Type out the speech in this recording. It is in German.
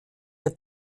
der